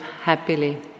happily